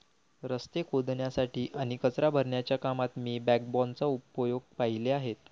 रस्ते खोदण्यासाठी आणि कचरा भरण्याच्या कामात मी बॅकबोनचा उपयोग पाहिले आहेत